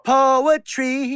Poetry